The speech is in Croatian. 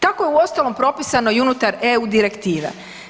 Tako je uostalom propisano i unutar EU direktive.